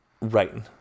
Right